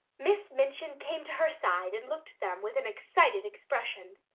miss minchin came to her side and looked at them with an excited expression.